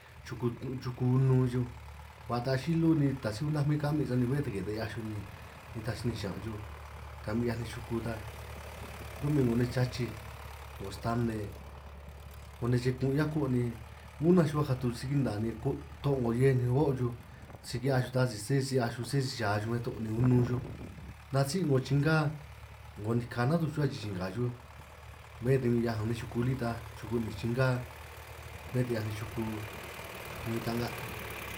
Chuku chuku unun xuj ba taaj chilu ni taj si unta huin kamin' sani bé ke ta' hiaj xuj nitaj si ninj xiñan' xuj, ta huin 'hiaj nej chuku ta ro'min 'ngo nej chachij 'ngo stane 'ngo ne' che' tin hiakuj ni unanj xuj, huaj katu xuj riki nna ni ko' too' 'ngo hiej ni o' chuj, si ki'hiaj xuj taj si sé si'hiaj xuj sé si cha chuj huin to', ni unun xuj nasí' 'ngo chinga 'ngo nika natuj chuhua si-chinga xuj, bé ta huin 'hiaj nej chuku lí ta chuku 'ninj chingá bé ta 'hiaj nej chuku ni'in tanga'.